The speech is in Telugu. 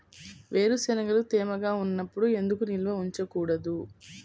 వేరుశనగలు తేమగా ఉన్నప్పుడు ఎందుకు నిల్వ ఉంచకూడదు?